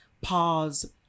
pause